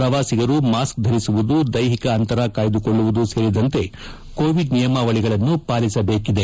ಪ್ರವಾಸಿಗರು ಮಾಸ್ಕ್ ಧರಿಸುವುದು ದೈಹಿಕ ಅಂತರ ಕಾಯ್ದುಕೊಳ್ಳುವುದು ಸೇರಿದಂತೆ ಕೋವಿಡ್ ನಿಯಮಾವಳಿಗಳನ್ನು ಪಾಲಿಸಬೇಕಿದೆ